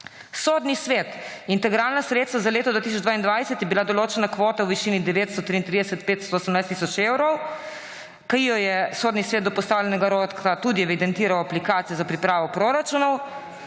Sodni svet. Za integralna sredstva za leto 2022 je bila določena kvota v višini 933 tisoč 518 evrov, ki jo je Sodni svet do postavljenega roka tudi evidentiral v aplikacijo za pripravo proračunov,